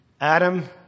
Adam